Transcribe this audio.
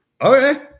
okay